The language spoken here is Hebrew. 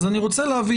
אז אני רוצה להבין,